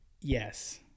Yes